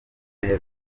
meza